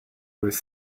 was